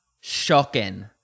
shocking